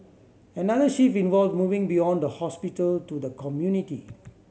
another shift involves moving beyond the hospital to the community